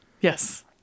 Yes